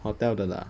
hotel 的 lah